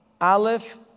Aleph